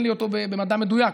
אין לי אותו במדע מדויק.